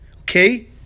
okay